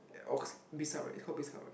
ox~ Bizhub right it's called Bizhub right